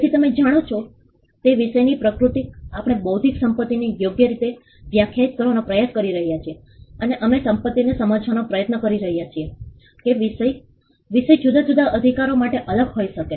તેથી તમે જાણો છો તે વિષયની પ્રકૃતિ આપણે બૌદ્ધિક સંપત્તિને યોગ્ય રીતે વ્યાખ્યાયિત કરવાનો પ્રયાસ કરી રહ્યા છીએ અને અમે સમજવાનો પ્રયત્ન કરી રહ્યાં છીએ કે વિષય વિષય જુદા જુદા અધિકારો માટે અલગ હોઈ શકે